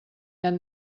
han